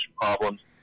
problems